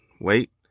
Wait